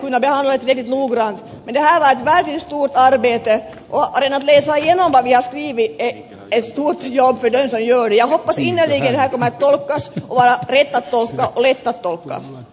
det här var ett verkligt stort arbete och redan att läsa igenom vad vi har skrivit är ett stort jobb för den som gör det